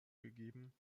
gegeben